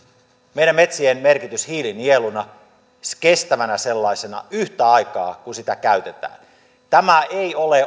meidän metsiemme merkitys hiilinieluna kestävänä sellaisena yhtä aikaa kun sitä käytetään tämä ei ole